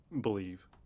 believe